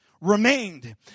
remained